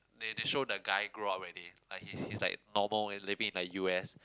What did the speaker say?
they they show the guy grow up already like he's he's like normal and living in like U_S